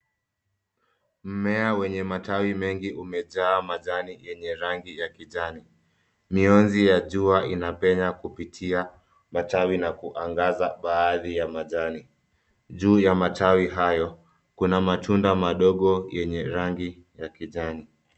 Mmea wenye matawi mengi umejaa majani yenye rangi ya kijani. Mionzi ya jua inapenya kupitia matawi na kuangaza baadhi ya majani. Juu ya matawi hayo kuna matunda madogo yenye rangi ya kijani.